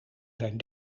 zijn